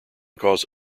cause